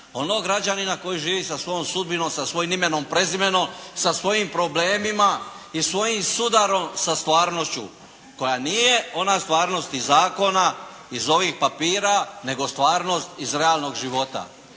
onog građanina koji živi sa svojom sudbinom, sa svojim imenom i prezimenom, sa svojim problemima i svojim sudarom sa stvarnošću, koja nije ona stvarnost iz zakona, iz ovih papira, nego stvarnost iz realnog života.